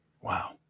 Wow